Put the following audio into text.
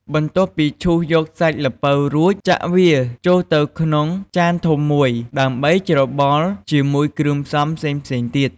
បន្ទាប់ពីឈូសយកសាច់ល្ពៅរួច ចាក់វាចូលទៅក្នុងចានធំមួយ ដើម្បីច្របល់ជាមួយគ្រឿងផ្សំផ្សេងៗទៀត។